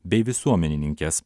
bei visuomenininkes